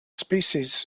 species